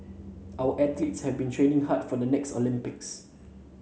our athletes have been training hard for the next Olympics